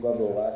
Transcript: לאומי,